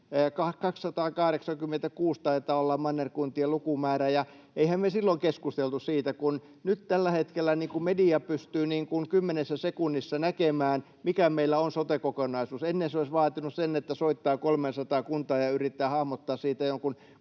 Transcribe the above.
286 taitaa olla mannerkuntien lukumäärä. Ja eihän me silloin keskusteltu siitä. Kun nyt tällä hetkellä media pystyy kymmenessä sekunnissa näkemään, mikä meillä on sote-kokonaisuus, ennen se olisi vaatinut sen, että soittaa 300 kuntaan ja yrittää hahmottaa siitä jonkun